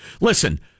Listen